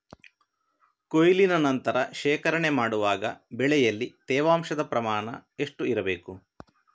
ಕೊಯ್ಲಿನ ನಂತರ ಶೇಖರಣೆ ಮಾಡುವಾಗ ಬೆಳೆಯಲ್ಲಿ ತೇವಾಂಶದ ಪ್ರಮಾಣ ಎಷ್ಟು ಇರಬೇಕು?